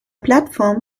plattform